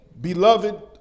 beloved